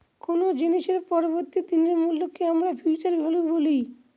কোনো জিনিসের পরবর্তী দিনের মূল্যকে আমরা ফিউচার ভ্যালু বলি